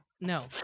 No